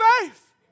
faith